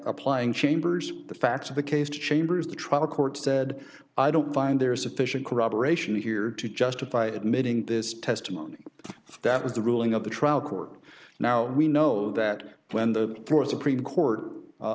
applying chambers the facts of the case chambers the trial court said i don't find there is sufficient corroboration here to justify admitting this testimony that was the ruling of the trial court now we know that when the four supreme court